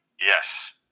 yes